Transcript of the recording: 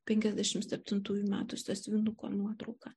penkiasdešimt septintųjų metų sąsiuvinuko nuotrauka